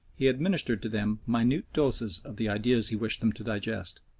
he administered to them minute doses of the ideas he wished them to digest.